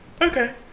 Okay